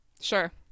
Sure